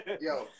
Yo